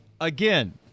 again